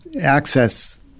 access